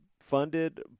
funded